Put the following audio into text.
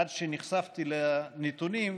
עד שנחשפתי לנתונים,